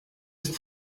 ist